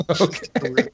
Okay